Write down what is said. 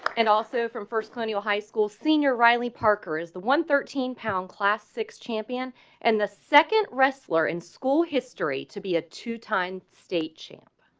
and also from first colonial high school senior riley parker is the one thirteen pound class six champion and the second, wrestler in school history to be a two time state. champ